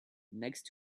next